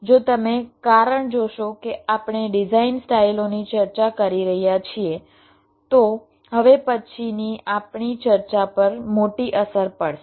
જો તમે કારણ જોશો કે આપણે ડિઝાઇન સ્ટાઈલઓની ચર્ચા કરી રહ્યા છીએ તો હવે પછીની આપણી ચર્ચા પર મોટી અસર પડશે